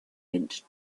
mint